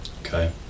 Okay